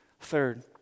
Third